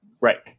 Right